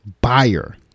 buyer